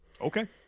Okay